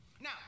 Now